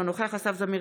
אינו נוכח אסף זמיר,